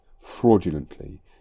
fraudulently